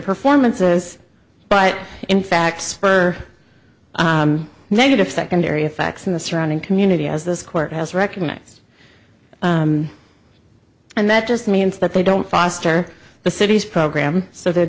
performances but in fact spur negative secondary effects in the surrounding community as this court has recognized and that just means that they don't foster the city's program so the